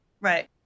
Right